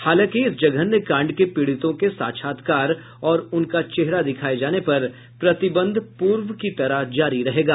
हालांकि इस जघन्य कांड के पीड़ितों के साक्षात्कार और उनका चेहरा दिखाये जाने पर प्रतिबंध प्रर्व की तरह जारी रहेगा